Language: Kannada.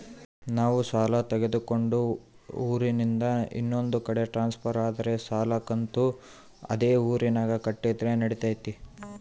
ನಾವು ಸಾಲ ತಗೊಂಡು ಊರಿಂದ ಇನ್ನೊಂದು ಕಡೆ ಟ್ರಾನ್ಸ್ಫರ್ ಆದರೆ ಸಾಲ ಕಂತು ಅದೇ ಊರಿನಾಗ ಕಟ್ಟಿದ್ರ ನಡಿತೈತಿ?